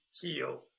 heal